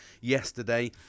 yesterday